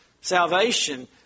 salvation